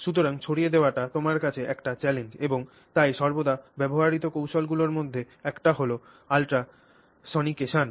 সুতরাং ছড়িয়ে দেওয়াটা তোমার কাছে একটি চ্যালেঞ্জ এবং তাই সর্বদা ব্যবহৃত কৌশলগুলির মধ্যে একটা হল আল্ট্রাসোনিকেশন